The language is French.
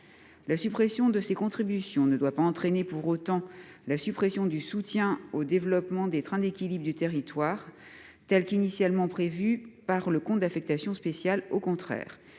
La suppression de ces contributions ne doit pas entraîner pour autant la suppression du soutien au développement des trains d'équilibre du territoire, tel qu'initialement prévu par le compte d'affectation spéciale. Au contraire,